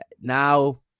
now